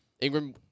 Ingram